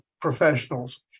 professionals